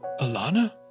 Alana